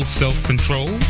self-control